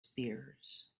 spears